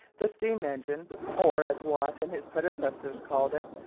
the steam-engine or, as watt and his predecessors called it,